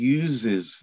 uses